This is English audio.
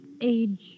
Age